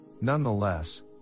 nonetheless